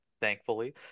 thankfully